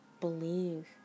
Believe